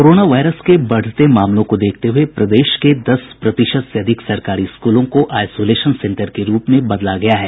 corona virus के बढ़ते मामलों को देखते हुये प्रदेश के दस प्रतिशत से अधिक सरकारी स्कूलों को आईसोलेशन सेंटर के रूप में बदला गया है